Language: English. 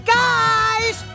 guys